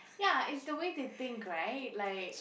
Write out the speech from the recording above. ya it's the way they think right like